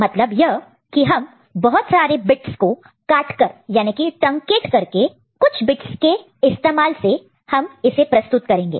मतलब यह कि हम बहुत सारे बिट्स को काटकर ट्रांकेट truncate करके कुछ बिट्स के इस्तेमाल से हम इसे प्रस्तुत रियलाइज realize करेंगे